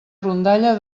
rondalla